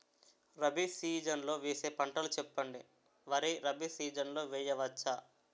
Rabi season లో వేసే పంటలు చెప్పండి? వరి రబీ సీజన్ లో వేయ వచ్చా?